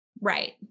Right